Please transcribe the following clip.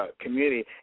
community